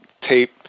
tape